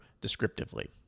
descriptively